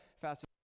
fast